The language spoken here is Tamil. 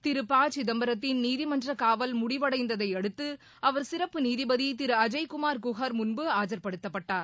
திரு சிதம்பரத்தின் நீதிமன்ற காவல் முடிவடைந்ததையடுத்து அவர் சிறப்பு நீதிபதி திரு அஜய்குமார் குஹர் முன்பு ஆஜர் படுத்தப்பட்டார்